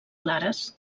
clares